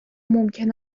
ممکن